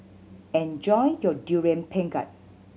enjoy your Durian Pengat